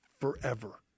forever